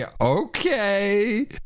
okay